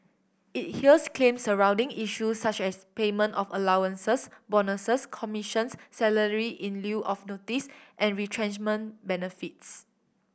it hears claims surrounding issues such as payment of allowances bonuses commissions salary in lieu of notice and retrenchment benefits